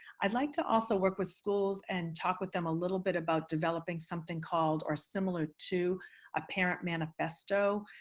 i'd like to also work with schools and talk with them a little bit about developing something called or similar to a parent manifesto.